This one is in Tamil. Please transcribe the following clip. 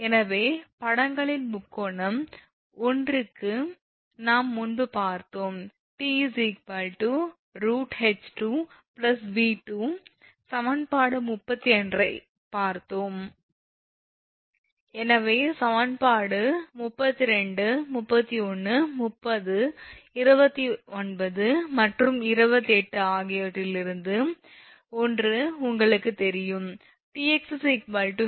எனவே படங்களின் முக்கோணம் 1 க்கு நாம் முன்பு பார்த்தோம் 𝑇 √𝐻2𝑉2 சமன்பாடு 32 ஐப் பார்த்தோம் எனவே சமன்பாடு 32 31 30 29 மற்றும் 28 ஆகியவற்றில் இருந்து ஒன்று உங்களுக்குத் தெரியும்